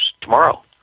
tomorrow